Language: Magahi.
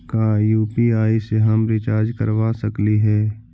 का यु.पी.आई से हम रिचार्ज करवा सकली हे?